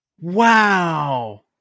Wow